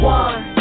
one